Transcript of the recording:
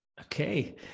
Okay